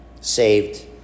saved